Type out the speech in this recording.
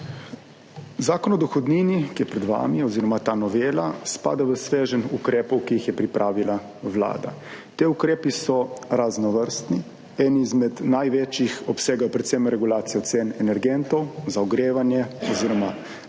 Zakon o dohodnini, ki je pred vami oziroma ta novela spada v sveženj ukrepov, ki jih je pripravila Vlada. Ti ukrepi so raznovrstni. Eni izmed največjih obsegajo predvsem regulacijo cen energentov za ogrevanje oziroma